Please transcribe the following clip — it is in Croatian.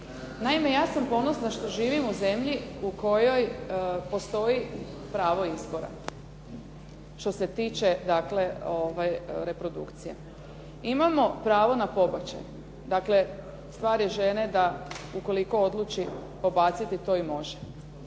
Naime, ja sam ponosna što živim u zemlji u kojoj postoji pravo izbora što se tiče dakle reprodukcije. Imamo pravo na pobačaj. Dakle stvar je žene da ukoliko odluči pobaciti to i može.